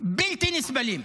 בלתי נסבלים?